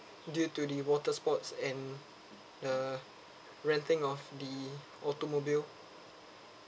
due to the water sports and uh renting of the automobile